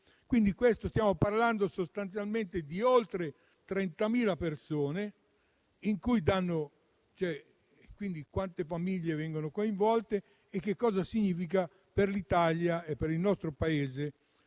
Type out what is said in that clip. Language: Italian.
Stiamo parlando sostanzialmente di oltre 30.000 persone e, quindi, di quante famiglie vengono coinvolte e cosa significa per l'Italia e il nostro Paese